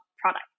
product